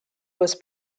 was